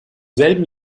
selben